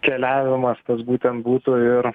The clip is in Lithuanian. keliavimas tas būtent būtų ir